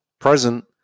present